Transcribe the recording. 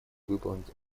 выполнить